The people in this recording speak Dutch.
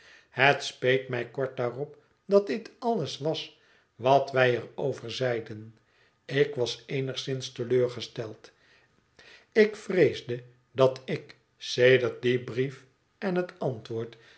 het speet mij kort daarop dat dit alles was wat wij er over zeiden ik was eenigszins te leur gesteld ik vreesde dat ik sedert dien brief en het antwoord